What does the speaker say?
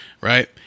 right